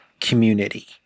community